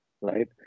right